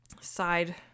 side